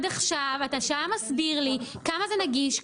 אתה שעה מסביר לי כמה זה נגיש,